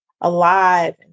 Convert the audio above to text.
alive